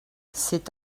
cet